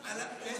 אוטו הוא נוסע?